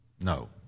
No